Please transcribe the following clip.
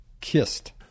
kissed